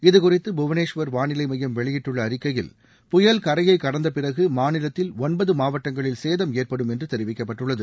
இதுகுறித்து புவனேஷ்வர் வாளிலை மையம் வெளியிட்டுள்ள அறிக்கையில் புயல் கரையை கடந்த பிறகு மாநிலத்தில் ஒன்பது மாவட்டங்களில் சேதம் ஏற்படும் என்று தெரிவிக்கப்பட்டுள்ளது